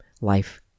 life